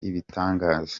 ibitangaza